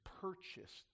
purchased